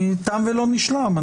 תם ולא נשלם.